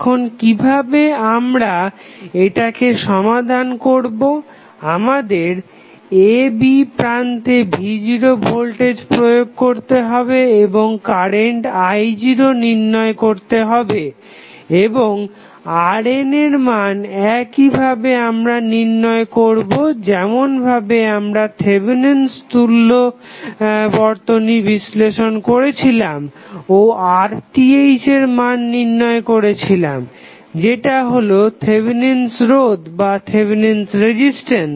এখন কিভাবে আমরা এটাকে সমাধান করবো আমাদের a b প্রান্তে v0 ভোল্টেজ প্রয়োগ করতে হবে এবং কারেন্ট i0 নির্ণয় করতে হবে এবং RN এর মান একই ভাবে আমরা নির্ণয় করবো যেমন ভাবে আমরা থেভেনিন'স তুল্য Thevenins equivalent বর্তনী বিশ্লেষণ করেছিলাম ও RTh এর মান নির্ণয় করেছিলাম যেটা হলো থেভেনিন'স রোধ Thevenin's resistance